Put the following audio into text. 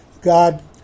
god